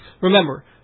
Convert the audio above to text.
Remember